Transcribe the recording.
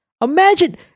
Imagine